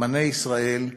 אמני ישראל,